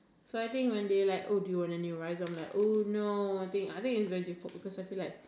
so I think when they like oh do you want any rice I'm like oh no I think I think is very difficult because I feel like